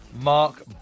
Mark